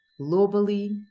globally